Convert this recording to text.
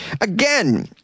Again